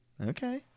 Okay